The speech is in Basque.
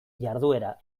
jarduera